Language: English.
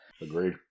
Agreed